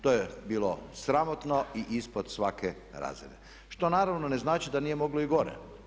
To je bilo sramotno i ispod svake razine što naravno ne znači da nije moglo i gore.